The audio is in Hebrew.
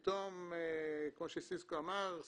כמו שסיסקו אמר,